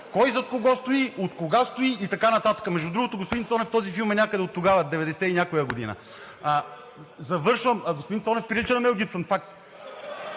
кой зад кого стои, откога стои, и така нататък? Между другото, господин Цонев, този филм е някъде оттогава – 1990 и някоя година. Господин Цонев прилича на Мел Гибсън, факт!